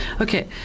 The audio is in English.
okay